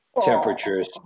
temperatures